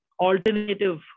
alternative